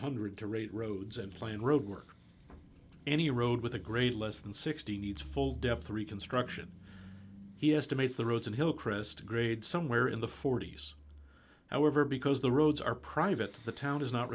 hundred to rate roads and plain road work any road with a grade less than sixty needs full depth reconstruction he estimates the roads in hillcrest grade somewhere in the forty's however because the roads are private the town is not